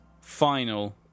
Final